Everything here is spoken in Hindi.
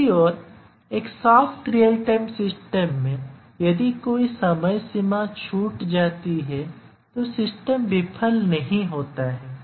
दूसरी ओर एक सॉफ्ट रियल टाइम सिस्टम में यदि कोई समय सीमा छूट जाती है तो सिस्टम विफल नहीं होता है